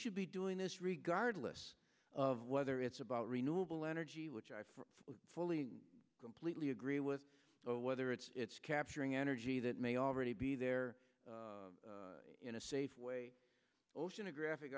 should be doing this regard less of whether it's about renewable energy which i fully completely agree with or whether it's capturing energy that may already be there in a safe way oceanographic